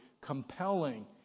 compelling